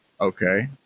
Okay